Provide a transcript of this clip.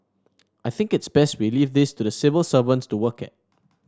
I think it's best we leave this to the civil servants to work at